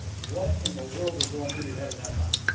what in the world is going through your head at that time?